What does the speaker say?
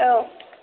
औ